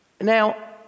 Now